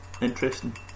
interesting